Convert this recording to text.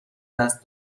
دست